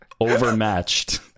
overmatched